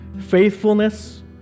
faithfulness